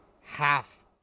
half